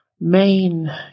main